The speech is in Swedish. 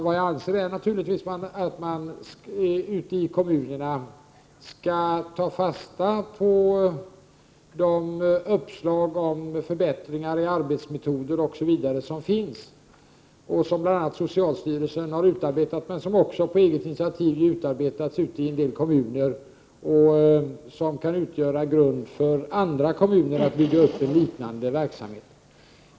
Vad jag anser är naturligtvis att man ute i kommunerna skall ta fasta på de uppslag om förbättringar i arbetsmetoder m.m. som finns, som bl.a. socialstyrelsen har utarbetat men som också utarbetats på eget initiativ ute i en del kommuner. Det kan utgöra grunden för andra kommuner att bygga upp en liknande verksamhet.